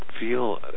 feel